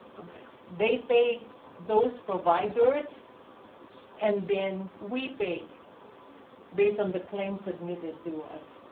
they pay those providers and then we pay based on the claim submitted to us.